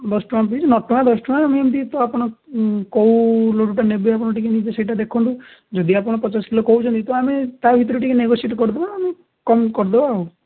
ଦଶଟଙ୍କା ପିସ୍ ନଅଟଙ୍କା ଦଶଟଙ୍କା ଆମେ ଏମିତି ତ ଆପଣ କେଉଁ ଲଡ଼ୁଟା ନେବେ ଆପଣ ଟିକେ ନିଜେ ସେଇଟା ଦେଖନ୍ତୁ ଯଦି ଆପଣ ପଚାଶ କିଲୋ କହୁଛନ୍ତି ତ ଆମେ ତା ଭିତରେ ଟିକେ ନେଗୋସିଏଟ କରିଦେବା ଆଉ କମ୍ କରିଦେବା ଆଉ